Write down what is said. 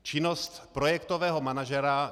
Činnost projektového manažera.